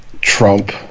Trump